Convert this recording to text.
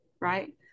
Right